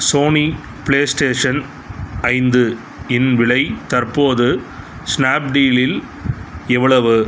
Sony PlayStation ஐந்து இன் விலை தற்போது ஸ்னாப்டீலில் எவ்வளவு